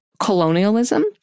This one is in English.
colonialism